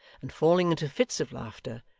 and falling into fits of laughter,